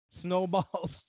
snowball's